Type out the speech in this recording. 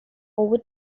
over